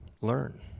learn